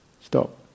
stop